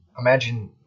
imagine